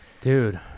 dude